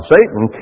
Satan